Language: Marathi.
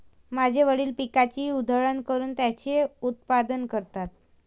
माझे वडील पिकाची उधळण करून त्याचे उत्पादन करतात